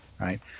Right